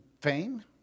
fame